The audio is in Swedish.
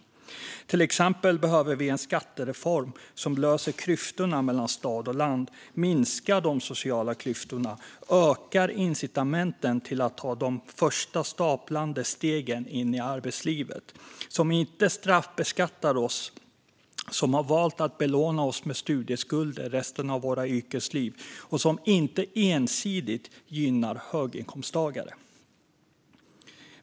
Exempelvis behöver vi en stor skattereform som löser klyftorna mellan stad och land, minskar de sociala klyftorna, ökar incitamenten till att ta de första stapplande stegen in i arbetslivet, inte straffbeskattar oss som valt att belåna oss med studieskulder resten av våra yrkesliv och inte ensidigt gynnar höginkomsttagare.